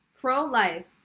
pro-life